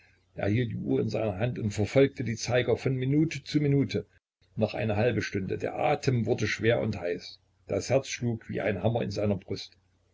hielt die uhr in seiner hand und verfolgte den zeiger von minute zu minute noch eine halbe stunde der atem wurde schwer und heiß das herz schlug wie ein hammer in seiner brust